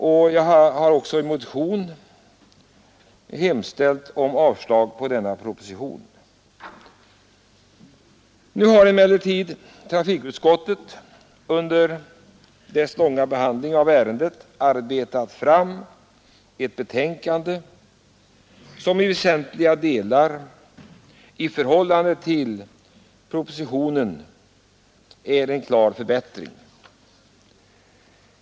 Jag har därför i en motion hemställt om avslag på denna proposition. Nu har emellertid trafikutskottet under sin långa behandling av ärendet arbetat fram ett betänkande, som i väsentliga delar i förhållande till propositionen är en klar förbättring.